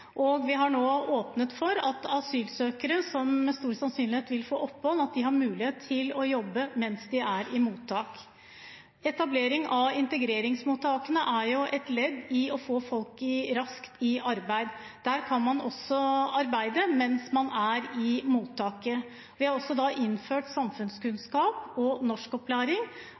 og vi har nå åpnet for at asylsøkere som med stor sannsynlighet vil få opphold, har mulighet til å jobbe mens de er i mottak. Etablering av integreringsmottakene er jo et ledd i å få folk raskt i arbeid. Der kan man også arbeide mens man er i mottaket. Det er også innført samfunnskunnskaps- og norskopplæring,